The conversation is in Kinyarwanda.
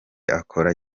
akora